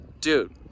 Dude